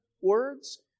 words